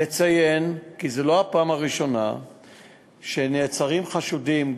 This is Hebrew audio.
אציין כי זו לא הפעם הראשונה שנעצרים חשודים,